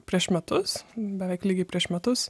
prieš metus beveik lygiai prieš metus